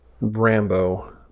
rambo